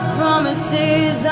promises